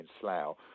Slough